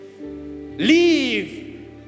Leave